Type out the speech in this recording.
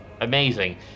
Amazing